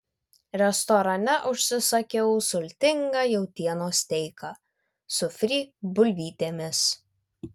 restorane užsisakiau sultingą jautienos steiką su fry bulvytėmis